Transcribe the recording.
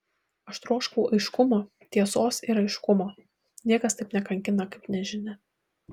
aš troškau aiškumo tiesos ir aiškumo niekas taip nekankina kaip nežinia